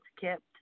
kept